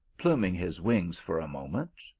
pluming his wings for a moment,